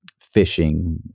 fishing